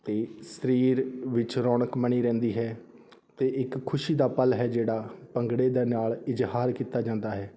ਅਤੇ ਸਰੀਰ ਵਿਚ ਰੌਣਕ ਬਣੀ ਰਹਿੰਦੀ ਹੈ ਅਤੇ ਇੱਕ ਖੁਸ਼ੀ ਦਾ ਪਲ ਹੈ ਜਿਹੜਾ ਭੰਗੜੇ ਦਾ ਨਾਲ ਇਜ਼ਹਾਰ ਕੀਤਾ ਜਾਂਦਾ ਹੈ